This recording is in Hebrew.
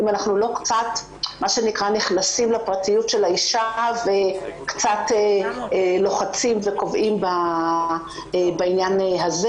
אם אנחנו לא נכנסים לפרטיות של האישה ולוחצים וקובעים בעניין הזה.